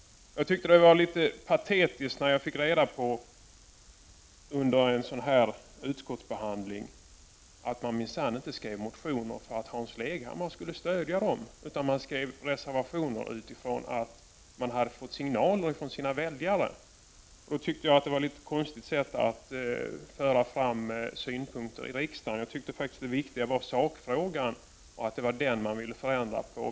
Jag tyckte att det var litet patetiskt när jag under en utskottsbehandling fick reda på att man minsann inte skrev motioner för att Hans Leghammar skulle stödja dem. Man skrev motioner när man fått signaler från sina väljare. Jag tyckte då att det var ett litet konstigt sätt man hade att föra fram synpunkter i riksdagen på. Jag ansåg att det viktiga var sakfrågan. Det var den man ville förändra.